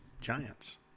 giants